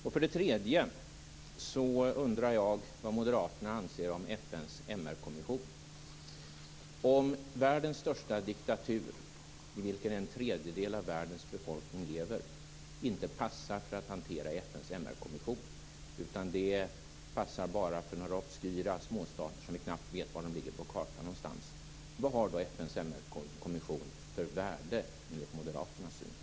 Min tredje fråga gäller vad moderaterna anser om FN:s MR-kommission. Om världens största diktatur, i vilken en tredjedel av världens befolkning lever, inte passar in i FN:s MR-kommissions hantering, utan bara några obemärkta småstater, som vi knappt kan placera på kartan, vilket värde har då, enligt moderaternas uppfattning, FN:s MR-kommission?